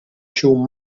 shall